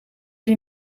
die